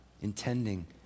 intending